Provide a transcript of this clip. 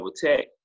Tech